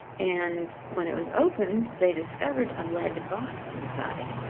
and when it was opened, they discovered a lead box inside.